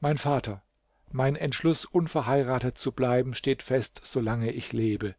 mein vater mein entschluß unverheiratet zu bleiben steht fest so lange ich lebe